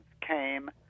came